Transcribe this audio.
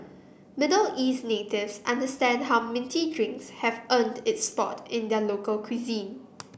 Middle East natives understand how minty drinks have earned its spot in their local cuisine